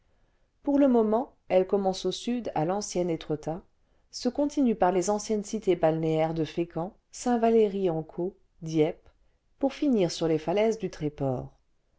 pour le moment elle commence au sud à lancien étretat se continue par les anciennes cités balnéaires de fécamp saint valery en caux dieppe pour finir sur les falaises du tréport